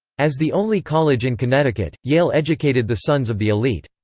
as the only college in connecticut, yale educated the sons of the elite.